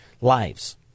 lives